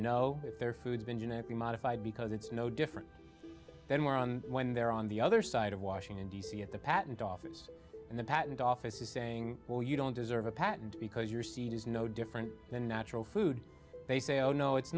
that their food been genetically modified because it's no different then moron when they're on the other side of washington d c at the patent office and the patent office is saying well you don't deserve a patent because your scene is no different than natural food they say oh no it's